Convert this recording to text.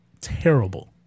Terrible